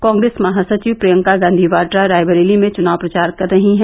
कांग्रेस महासचिव प्रियंका गांधी वाड़ा रायबरेली में चुनाव प्रचार कर रही हैं